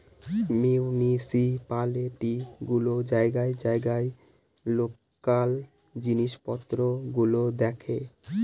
municipality গুলো জায়গায় জায়গায় লোকাল জিনিস পত্র গুলো দেখে